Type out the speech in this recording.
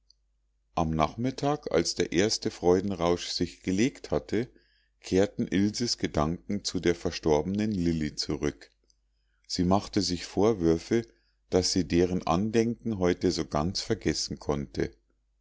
am nachmittag als der erste freudenrausch sich gelegt hatte kehrten ilses gedanken zu der verstorbenen lilli zurück sie machte sich vorwürfe daß sie deren andenken heute so ganz vergessen konnte